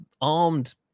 armed